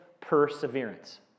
perseverance